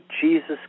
Jesus